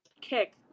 Kick